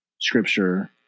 scripture